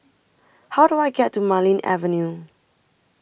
How Do I get to Marlene Avenue